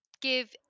give